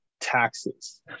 Taxes